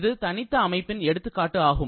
இது தனித்த அமைப்பின் எடுத்துக்காட்டு ஆகும்